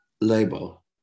label